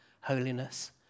holiness